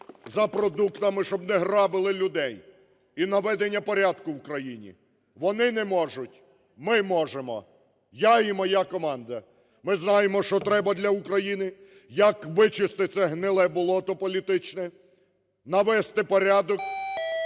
за продуктами, щоб неграбили людей, і наведення порядку в країні. Вони не можуть – ми можемо, я і моя команда. Ми знаємо, що треба для України, як вичистити це гниле болото політичне, навести порядок,